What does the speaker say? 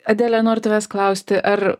adele noriu tavęs klausti ar